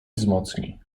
wzmocni